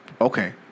Okay